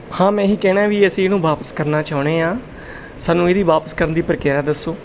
ਹਾਂ ਮੈਂ ਇਹ ਹੀ ਕਹਿਣਾ ਵੀ ਅਸੀਂ ਇਹਨੂੰ ਵਾਪਿਸ ਕਰਨਾ ਚਾਹੁੰਦੇ ਹਾਂ ਸਾਨੂੰ ਇਹਦੀ ਵਾਪਿਸ ਕਰਨ ਦੀ ਪ੍ਰਕਿਰਿਆ ਦੱਸੋ